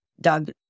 Doug